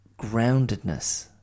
groundedness